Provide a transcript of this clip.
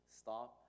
stop